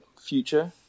future